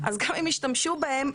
אז גם אם ישתמשו בהם,